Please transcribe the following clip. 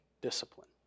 discipline